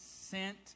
sent